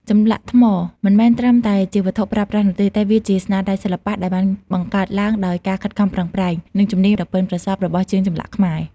ចម្លាក់ថ្មមិនមែនត្រឹមតែជាវត្ថុប្រើប្រាស់នោះទេ តែវាជាស្នាដៃសិល្បៈដែលបានបង្កើតឡើងដោយការខិតខំប្រឹងប្រែង និងជំនាញដ៏ប៉ិនប្រសប់របស់ជាងចម្លាក់ខ្មែរ។